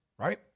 right